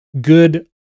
Good